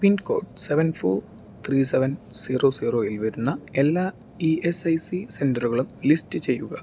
പിൻ code seven four three seven zero സീറോയിൽ വരുന്ന എല്ലാ ഇ എസ് ഐ സി സെൻറ്ററുകളും ലിസ്റ്റ് ചെയ്യുക